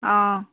অঁ